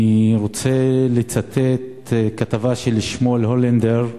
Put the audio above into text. אני רוצה לצטט מכתבה של שמואל הולנדר,